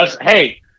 Hey